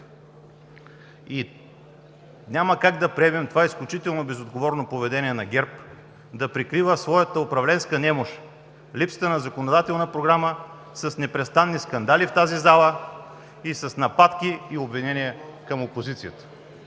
Няма как да приемем това изключително безотговорно поведение на ГЕРБ – да прикрива своята управленска немощ, липсата на законодателна програма, с непрестанни скандали в тази зала и с нападки и обвинения към опозицията.